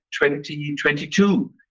2022